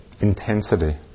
intensity